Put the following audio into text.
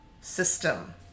system